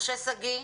משה שגיא?